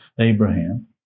Abraham